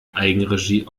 eigenregie